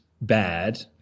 Bad